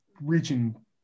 reaching